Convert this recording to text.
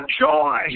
joy